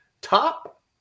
top